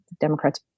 Democrats